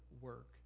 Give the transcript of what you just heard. work